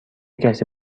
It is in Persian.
کسی